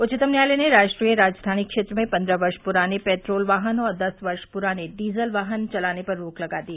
उच्वतम न्यायालय ने राष्ट्रीय राजधानी क्षेत्र में पन्द्रह वर्ष पुराने पेट्रोल वाहन और दस वर्ष पुराने डीजल वाहन चलाने पर रोक लगा दी